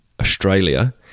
australia